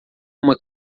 uma